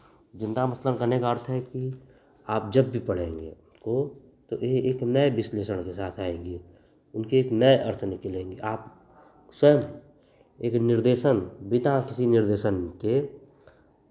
ज़िंदा मसलन कहने का अर्थ है कि आप जब भी पढ़ेंगे उनको तो एह एक नए विश्लेषण के साथ आएँगी उनके एक नए अर्थ निकलेंगे आप स्वयं एक निर्देशन बिना किसी निर्देशन के